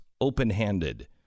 open-handed